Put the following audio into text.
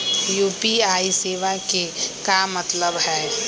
UPI सेवा के का मतलब है?